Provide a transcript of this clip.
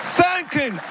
thanking